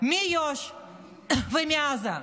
מיו"ש ומעזה,